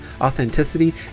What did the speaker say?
authenticity